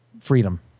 freedom